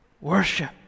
worship